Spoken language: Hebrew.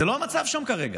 זה לא המצב שם כרגע.